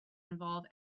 involve